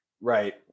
Right